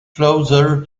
closer